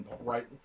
right